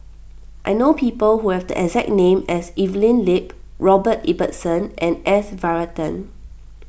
I know people who have the exact name as Evelyn Lip Robert Ibbetson and S Varathan